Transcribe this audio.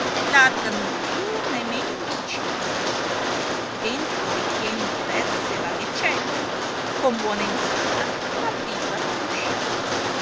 larga non più né men di cinque dita dentro ritien diverse e vaghe celle con buona entrata ma priva d uscita